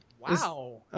Wow